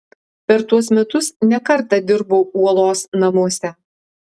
per tuos metus ne kartą dirbau uolos namuose